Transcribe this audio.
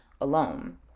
alone